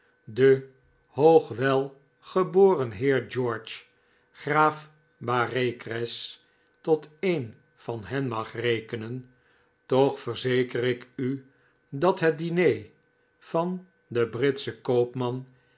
den hoogwelgeboren heer george graaf bareacres tot een van hen mag rekenen toch verzeker ik u dat het diner van den britschen koopman